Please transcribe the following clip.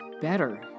better